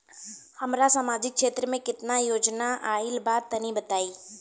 हमरा समाजिक क्षेत्र में केतना योजना आइल बा तनि बताईं?